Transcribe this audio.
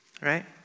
Right